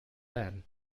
then